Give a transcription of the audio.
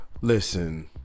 Listen